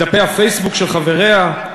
בדפי הפייסבוק של חבריה,